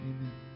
Amen